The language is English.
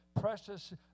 precious